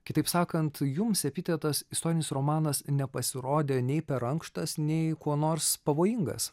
kitaip sakant jums epitetas istorinis romanas nepasirodė nei per ankštas nei kuo nors pavojingas